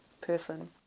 person